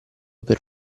per